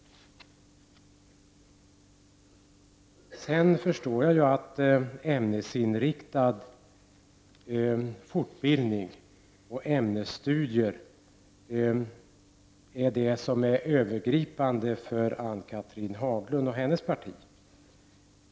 Sedan förstår jag att ämnesinriktad fortbildning och ämnesstudier är det som är övergripande för Ann-Cathrine Haglund och hennes parti.